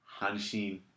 Hanshin